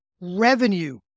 Revenue